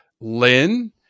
lynn